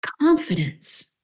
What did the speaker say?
Confidence